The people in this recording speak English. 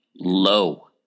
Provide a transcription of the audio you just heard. low